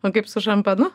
o kaip su šampanu